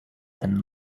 than